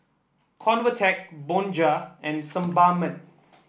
Convatec Bonjela and Sebamed